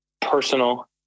personal